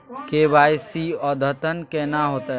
KYC अद्यतन केना होतै?